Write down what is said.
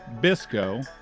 Bisco